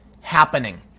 happening